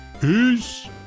Peace